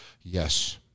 yes